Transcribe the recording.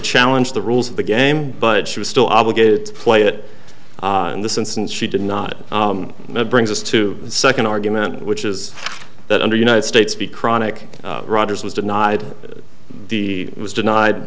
challenge the rules of the game but she was still obligated to play it in this instance she did not know it brings us to the second argument which is that under united states be chronic rogers was denied the it was denied